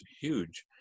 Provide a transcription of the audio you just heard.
huge